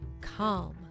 calm